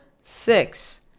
six